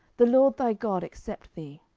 the lord thy god accept thee.